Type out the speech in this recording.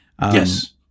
Yes